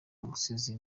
umusizi